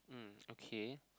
mm okay